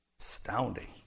Astounding